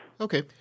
Okay